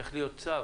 צריך להיות צו